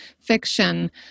fiction